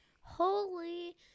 Holy